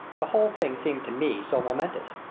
the whole thing seemed to me so momentous.